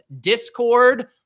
discord